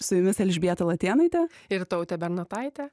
su jumis elžbieta latėnaitė ir tautė bernotaitė